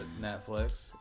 Netflix